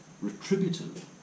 retributive